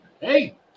Hey